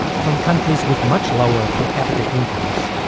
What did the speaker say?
from countries with much lower per capita incomes,